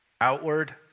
Outward